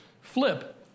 flip